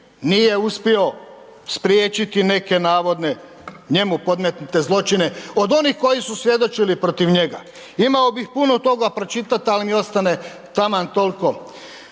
Nije uspio spriječiti neke navodne njemu podmetnute zločine od onih koji su svjedočili protiv njega. Imao bih puno toga pročitat, ali mi ostane taman tolko.